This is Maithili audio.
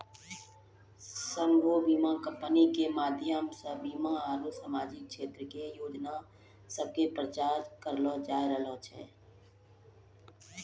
सभ्भे बीमा कंपनी के माध्यमो से बीमा आरु समाजिक क्षेत्रो के योजना सभ के प्रचार करलो जाय रहलो छै